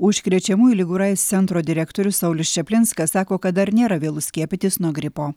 užkrečiamųjų ligų ir aids centro direktorius saulius čaplinskas sako kad dar nėra vėlu skiepytis nuo gripo